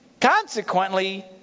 Consequently